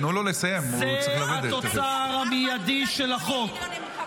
עצרתי לך את השעון.